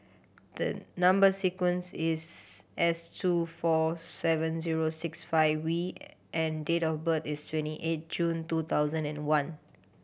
the number sequence is S two four seven zero six five V and date of birth is twenty eight June two thousand and one